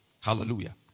Hallelujah